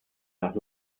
nach